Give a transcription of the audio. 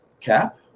cap